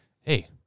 hey